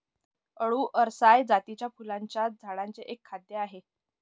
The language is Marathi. आळु अरसाय जातीच्या फुलांच्या झाडांचे एक खाद्य आहे